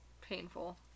Painful